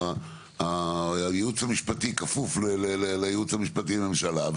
שהייעוץ המשפטי כפוף לייעוץ המשפטי לממשלה,